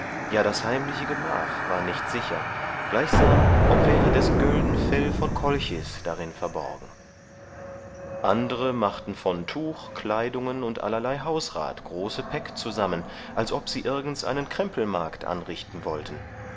ja das heimliche gemach war nicht sicher gleichsam ob wäre das gölden fell von kolchis darin verborgen andere machten von tuch kleidungen und allerlei hausrat große päck zusammen als ob sie irgends einen krempelmarkt anrichten wollten